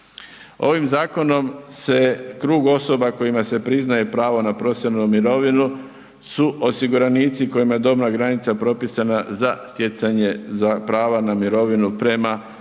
Ovim zakonom se krug osoba kojima se priznaje pravo na profesionalnu mirovinu su osiguranici kojima je dobna granica propisana za stjecanje prava na mirovinu prema